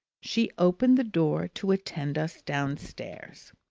she opened the door to attend us downstairs.